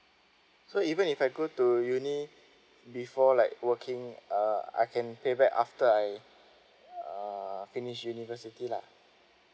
so even if I go to uni before like working uh I can pay back after I uh finish university lah